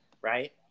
right